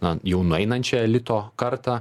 na jau nueinančią elito kartą